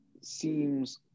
seems